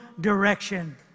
direction